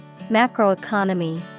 Macroeconomy